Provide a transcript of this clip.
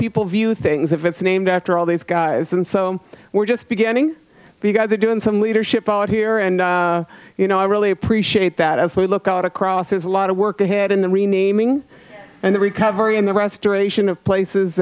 people view things if it's named after all these guys and so we're just beginning you guys are doing some leadership here and you know i really appreciate that as we look out across a lot of work ahead in the renaming and the recovery and the restoration of places